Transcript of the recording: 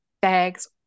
bags